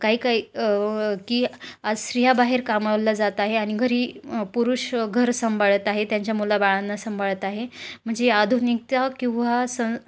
काही काही की आज स्त्रिया बाहेर कामाला जात आहे आणि घरी पुरुष घर सांभाळत आहे त्यांच्या मुलाबाळांना सांभाळत आहे म्हणजे आधुनिकता किंवा सं